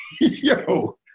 Yo